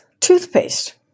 toothpaste